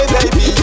Baby